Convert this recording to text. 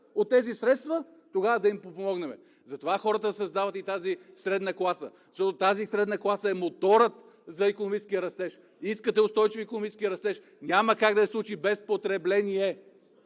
от тези средства, тогава да ги подпомогнем. Затова хората създават средна класа, защото тази средна класа е моторът за икономически растеж. Искате устойчив икономически растеж – няма как да се случи без потребление!